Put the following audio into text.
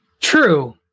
True